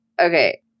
Okay